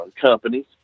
companies